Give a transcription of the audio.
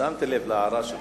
שמתי לב להערה שלך,